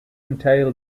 entail